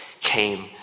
came